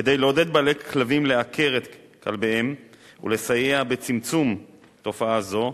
כדי לעודד בעלי כלבים לעקר את כלביהם ולסייע בצמצום תופעה זו,